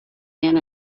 been